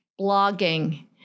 blogging